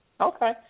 Okay